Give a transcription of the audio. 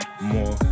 more